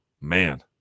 Man